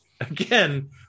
again